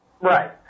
Right